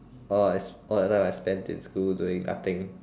orh is all the time I spent in school doing nothing